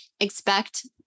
Expect